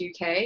UK